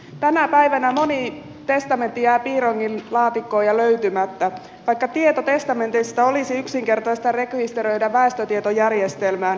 tänä päivänä moni testamentti jää piironginlaatikkoon ja löytymättä vaikka tieto testamenteista olisi yksinkertaista rekisteröidä väestötietojärjestelmään